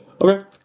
Okay